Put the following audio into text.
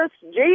Jesus